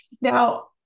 now